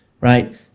right